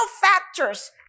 factors